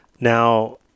Now